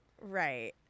Right